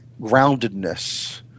groundedness